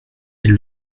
ils